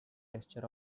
texture